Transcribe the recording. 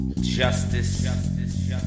justice